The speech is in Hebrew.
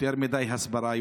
יותר הסברה,